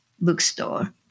Bookstore